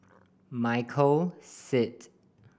Michael Seet